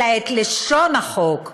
אלא את לשון החוק.